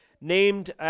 named